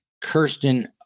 Kirsten